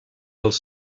els